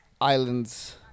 islands